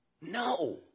No